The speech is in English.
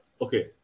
okay